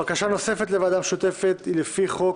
בקשה נוספת להקמת ועדה משותפת היא לפי חוק